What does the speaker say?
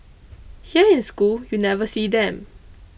here in school you never see them